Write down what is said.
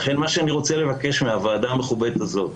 לכן מה שאני רוצה לבקש מהוועדה המכובדת הזאת,